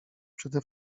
przede